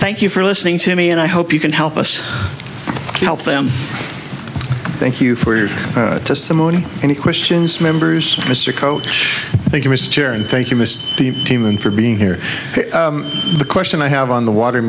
thank you for listening to me and i hope you can help us help them thank you for your testimony and questions members of mr coach thank you mr chair and thank you mr the team and for being here the question i have on the water